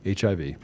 HIV